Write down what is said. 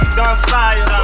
gunfire